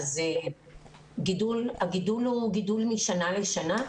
הגידול הוא גידול משנה לשנה.